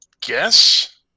guess